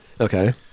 Okay